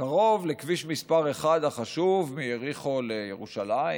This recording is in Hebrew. קרוב לכביש מספר 1 החשוב, מיריחו לירושלים,